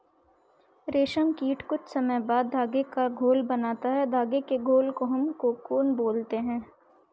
रेशम कीट कुछ समय बाद धागे का घोल बनाता है धागे के घोल को हम कोकून बोलते हैं